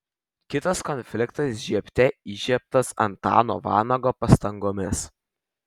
kitas konfliktas žiebte įžiebtas antano vanago pastangomis